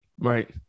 Right